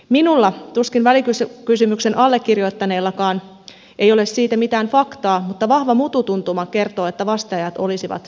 minulla tuskin välikysymyksen allekirjoittaneillakaan ei ole siitä mitään faktaa mutta vahva mututuntuma kertoo että vasteajat olisivat pidentyneet